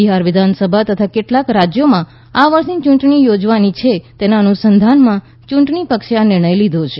બિહાર વિધાનસભા તથા કેટલાંક રાજ્યોમાં આ વર્ષે ચૂંટણી યોજવાની છે તેના અનુસંધાનમાં ચૂંટણી પંચે આ નિર્ણય લીધો છે